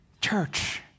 Church